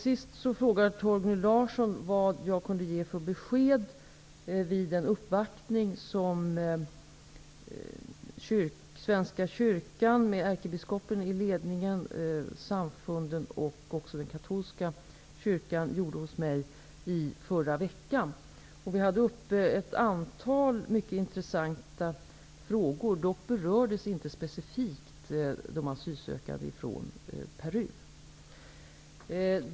Sist frågade Torgny Larsson vilka besked jag kunde ge vid den uppvaktning som Svenska kyrkan, med ärkebiskopen i ledningen, samfunden och den katolska kyrkan gjorde hos mig i förra veckan. Vi tog upp ett antal mycket intressanta frågor. Dock berördes inte specifikt de asylsökande från Peru.